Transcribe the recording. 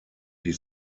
die